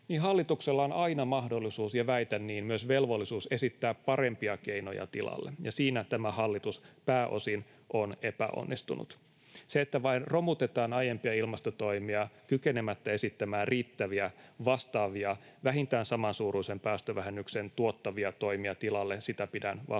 hallituksella on aina mahdollisuus — ja väitän niin, että myös velvollisuus — esittää parempia keinoja tilalle, ja siinä tämä hallitus pääosin on epäonnistunut. Sitä, että vain romutetaan aiempia ilmastotoimia kykenemättä esittämään riittäviä vastaavia vähintään samansuuruisen päästövähennyksen tuottavia toimia tilalle, pidän vastuuttomana.